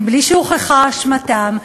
בלי שהוכחה אשמתם,